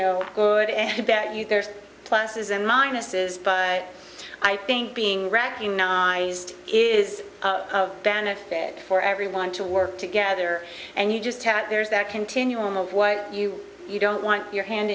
know good and i bet you there's pluses and minuses i think being recognized is of benefit for everyone to work together and you just tack there's that continuum of what you you don't want your hand